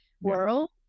world